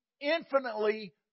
infinitely